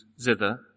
zither